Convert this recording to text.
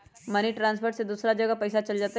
Money transfer से दूसरा जगह पईसा चलतई?